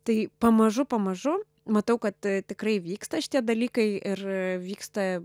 tai pamažu pamažu matau kad tikrai vyksta šitie dalykai ir vyksta